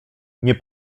nie